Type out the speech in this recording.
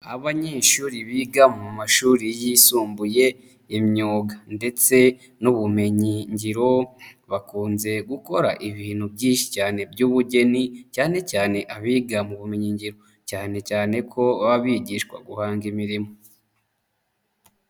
Abanyeshuri biga mu mashuri yisumbuye imyuga ndetse n'ubumenyingiro bakunze gukora ibintu byinshi cyane by'ubugeni cyane cyane abiga mu bumenyingiro, cyane cyane ko baba bigishwa guhanga imirimo.